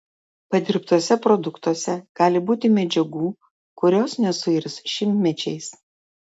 padirbtuose produktuose gali būti medžiagų kurios nesuirs šimtmečiais